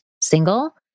single